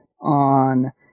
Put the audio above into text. on